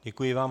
Děkuji vám.